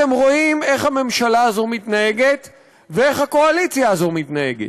אתם רואים איך הממשלה הזאת מתנהגת ואיך הקואליציה הזאת מתנהגת.